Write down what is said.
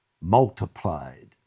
multiplied